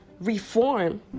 reform